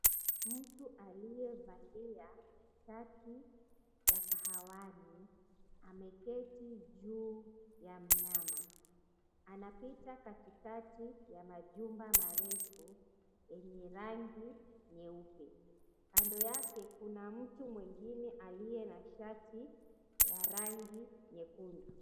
Mtu aliyevalia shati ya kahawani ameketi juu ya mnyama anapita katikati ya majumba marefu yenye rangi nyeupe. Kando yake mtu mwingine aliye na shati ya rangi nyekundu.